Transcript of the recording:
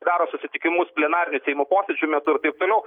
daro susitikimus plenarinių seimo posėdžių metu ir taip toliau